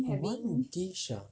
one dish ah